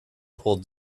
pulled